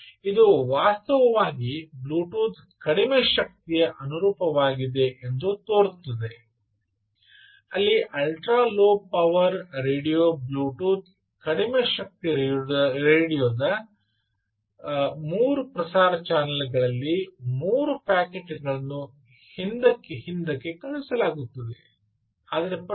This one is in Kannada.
ಇದು ವಾಸ್ತವವಾಗಿ ಬ್ಲೂಟೂತ್ ಕಡಿಮೆ ಶಕ್ತಿಗೆ ಅನುರೂಪವಾಗಿದೆ ಎಂದು ತೋರುತ್ತದೆ ಅಲ್ಲಿ ultra low power radio Bluetooth ಕಡಿಮೆ ಶಕ್ತಿ ರೇಡಿಯೊ ದ ಮೂರು ಪ್ರಸಾರ ಚಾನೆಲ್ ಗಳಲ್ಲಿ ಮೂರು ಪ್ಯಾಕೆಟ್ ಗಳನ್ನು ಹಿಂದಕ್ಕೆ ಹಿಂದಕ್ಕೆ ಕಳುಹಿಸಲಾಗುತ್ತದೆ ಆದರೆ ಪರವಾಗಿಲ್ಲ